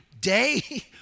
day